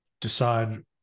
decide